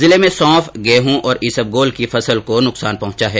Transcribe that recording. जिले में सौंफ गेहूं और ईसबगोल की फसल को नुकसान पहुंचा है